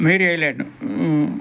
mary island